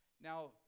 Now